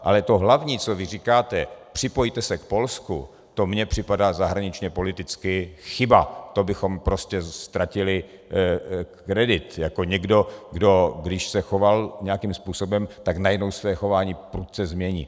Ale to hlavní, co vy říkáte, připojte se k Polsku, to mně připadá zahraničněpoliticky chyba, to bychom prostě ztratili kredit jako někdo, kdo když se choval nějakým způsobem, tak najednou své chování prudce změní.